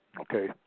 Okay